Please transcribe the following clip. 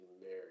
married